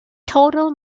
total